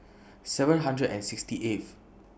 seven hundred and sixty eighth